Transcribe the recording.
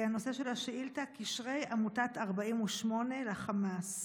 הנושא של השאילתה: קשרי עמותת 48 לחמאס.